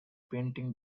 painting